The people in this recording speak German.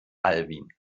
alwin